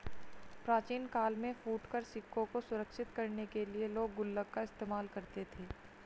प्राचीन काल में फुटकर सिक्कों को सुरक्षित करने के लिए लोग गुल्लक का इस्तेमाल करते थे